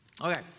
Okay